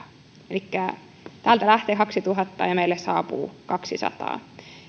elikkä täältä lähtee kaksituhatta ja meille saapuu kaksisataa